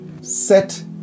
set